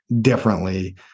differently